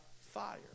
fire